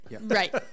Right